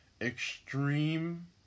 extreme